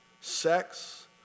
sex